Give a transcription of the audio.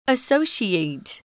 Associate